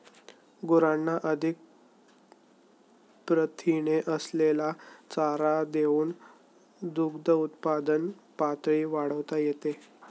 गुरांना अधिक प्रथिने असलेला चारा देऊन दुग्धउत्पादन पातळी वाढवता येते